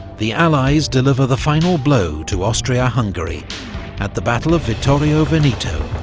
the allies deliver the final blow to austria-hungary at the battle of vittorio veneto.